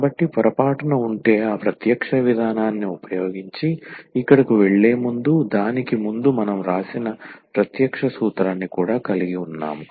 కాబట్టి పొరపాటున ఉంటే ఆ ప్రత్యక్ష విధానాన్ని ఉపయోగించి ఇక్కడకు వెళ్ళే ముందు దానికి ముందు మనం వ్రాసిన ప్రత్యక్ష సూత్రాన్ని కూడా కలిగి ఉన్నాము